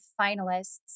finalists